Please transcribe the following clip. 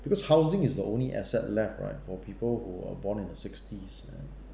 because housing is the only asset left right for people who are born in the sixties then